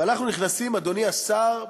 ואנחנו נכנסים, אדוני השר,